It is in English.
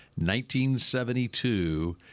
1972